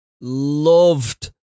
loved